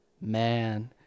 man